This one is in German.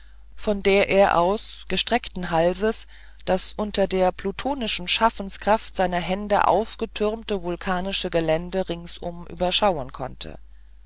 von der er aus gestreckten halses das unter der plutonischen schaffenskraft seiner hände aufgetürmte vulkanische gelände ringsum überschauen konnte